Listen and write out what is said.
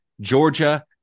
Georgia